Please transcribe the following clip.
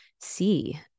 see